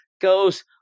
goes